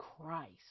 Christ